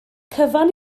cyfan